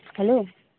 hello